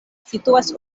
situas